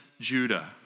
Judah